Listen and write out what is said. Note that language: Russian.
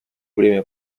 время